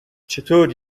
چطور